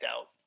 out